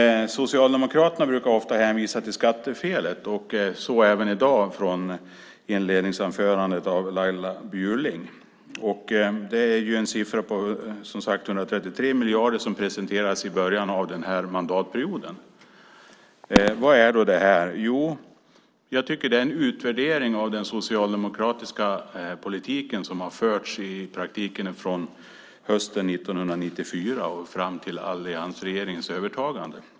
Socialdemokraterna brukar ofta hänvisa till skattefelet, och så även i dag, i inledningsanförandet av Laila Bjurling. Det är en siffra på 133 miljarder, som presenterades i början av den här mandatperioden. Vad är då det här? Jo, jag tycker att det är en utvärdering av den socialdemokratiska politik som har förts i praktiken från hösten 1994 fram till alliansregeringens övertagande.